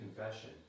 confession